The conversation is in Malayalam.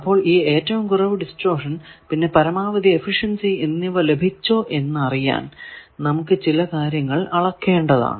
അപ്പോൾ ഈ ഏറ്റവും കുറവ് ഡിസ്റ്റോർഷൻ പിന്നെ പരമാവധി എഫിഷ്യൻസി എന്നിവ ലഭിച്ചോ എന്നറിയാൻ നമുക്ക് ചില കാര്യങ്ങൾ അളക്കേണ്ടതാണ്